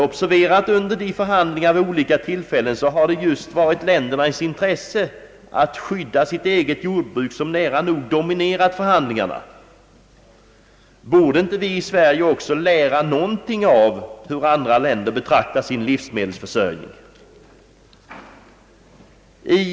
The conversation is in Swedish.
Observera att under förhandlingar vid olika tillfällen har det just varit ländernas intresse att skydda sitt eget jordbruk som nära nog dominerat förhandlingarna! Borde vi inte i Sverige lära någonting av hur andra länder betraktar sin livsmedelsförsörjning?